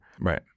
Right